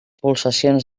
pulsacions